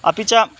अपि च